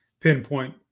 pinpoint –